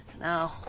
No